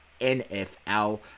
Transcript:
NFL